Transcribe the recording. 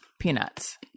peanuts